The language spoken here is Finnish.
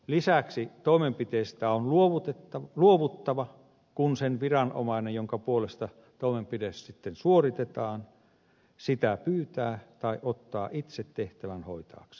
lisäksi toimenpiteestä on luovuttava kun se viranomainen jonka puolesta toimenpide sitten suoritetaan sitä pyytää tai ottaa itse tehtävän hoitaakseen